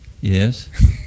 yes